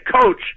coach